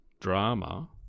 drama